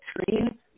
screen